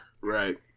Right